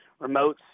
remotes